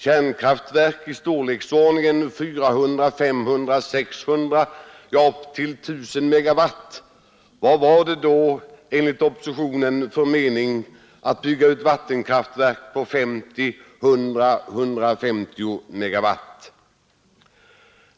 Kärnkraftverk i storleksordningen 400, 500, 600 ja upp till 1000 megawatt — vad var det då enligt oppositionen för mening att bygga ut vattenkraftverk på 50, 100 eller 150 megawatt?